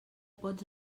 pots